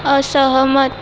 असहमत